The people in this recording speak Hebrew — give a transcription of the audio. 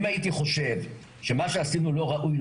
אם הייתי חושב שמה שעשינו לא ראוי,